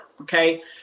okay